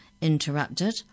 interrupted